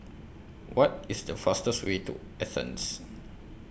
What IS The fastest Way to Athens